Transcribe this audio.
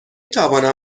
توانم